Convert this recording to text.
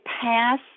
pass